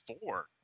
four